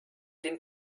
den